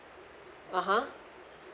(uh huh)